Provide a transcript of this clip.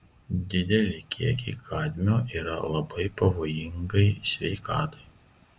dideli kiekiai kadmio yra labai pavojingai sveikatai